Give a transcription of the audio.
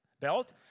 Belt